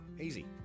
easy